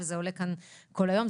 וזה עולה כאן כל היום.